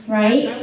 right